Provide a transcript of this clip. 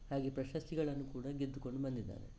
ಹಾಗೆ ಪ್ರಶಸ್ತಿಗಳನ್ನು ಕೂಡ ಗೆದ್ದುಕೊಂಡು ಬಂದಿದ್ದಾನೆ